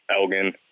Elgin